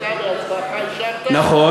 אתה והשרה אישרתם, נכון.